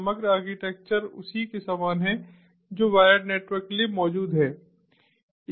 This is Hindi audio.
समग्र आर्किटेक्चर उसी के समान है जो वायर्ड नेटवर्क के लिए मौजूद है